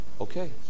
Okay